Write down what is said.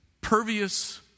pervious